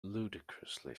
ludicrously